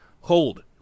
Hold